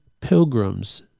pilgrims